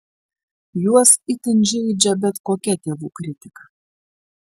juos itin žeidžia bet kokia tėvų kritika